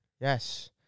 Yes